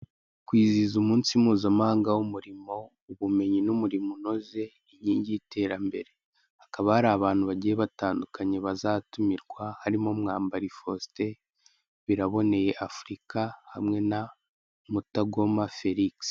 Kwizihiza umunsi mpuzamahanga w'umurimo, ubumenyi n'umurimo unoze, inkingi y'iterambere. Hakaba hari abantu bagiye batandukanye bazatumirwa, harimo Mwambari Faustin, Biraboneye Afurika, hamwe na Mutagoma Felix.